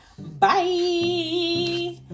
Bye